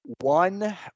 One